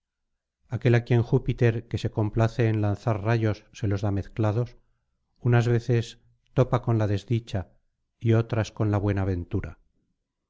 aquel á quien júpiter que se complace en lanzar rayos se los da mezclados unas veces topa con la desdicha y otras con la buena ventura